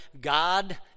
God